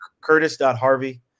Curtis.harvey